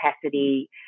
capacity